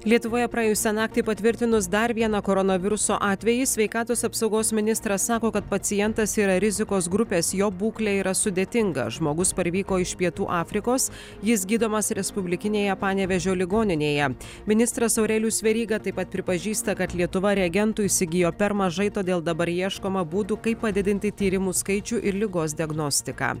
lietuvoje praėjusią naktį patvirtinus dar vieną koronaviruso atvejį sveikatos apsaugos ministras sako kad pacientas yra rizikos grupės jo būklė yra sudėtinga žmogus parvyko iš pietų afrikos jis gydomas respublikinėje panevėžio ligoninėje ministras aurelijus veryga taip pat pripažįsta kad lietuva reagentų įsigijo per mažai todėl dabar ieškoma būdų kaip padidinti tyrimų skaičių ir ligos diagnostiką